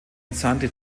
entsandte